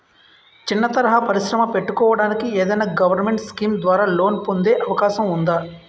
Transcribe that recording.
చిన్న తరహా పరిశ్రమ పెట్టుకోటానికి ఏదైనా గవర్నమెంట్ స్కీం ద్వారా లోన్ పొందే అవకాశం ఉందా?